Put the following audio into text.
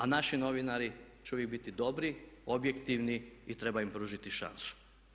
A naši novinari će uvijek biti dobri, objektivni i treba im pružiti šansu.